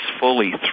fully